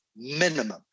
Minimum